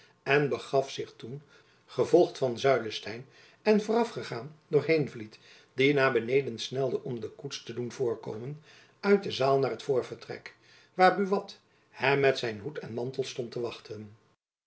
en begaf zich toen gevolgd van zuylestein en voorafgegaan door heenvliet die naar beneden snelde om de koets te doen voorkomen uit de zaal naar het voorvertrek waar buat hem met zijn hoed en mantel stond te wachten